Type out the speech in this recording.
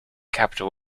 capital